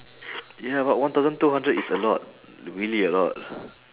ya but one thousand two hundred is a lot really a lot